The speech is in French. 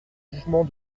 jugement